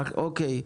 אוקיי,